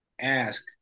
ask